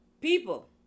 people